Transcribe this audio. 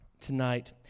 tonight